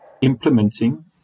implementing